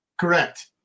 Correct